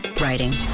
writing